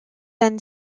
then